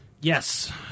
Yes